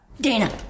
Dana